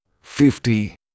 fifty